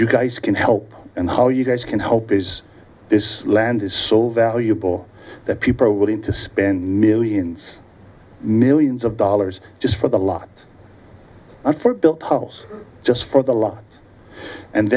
you guys can help and how you guys can help is this land is so valuable that people are willing to spend millions millions of dollars just for the lot and for built house just for the